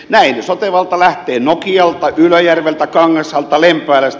näin sote valta lähtee nokialta ylöjärveltä kangasalta lempäälästä